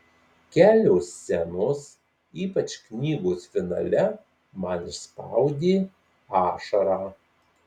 kelios scenos ypač knygos finale man išspaudė ašarą